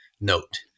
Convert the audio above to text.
note